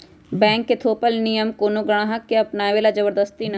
bank के थोपल नियम कोनो गाहक के अपनावे ला जबरदस्ती न हई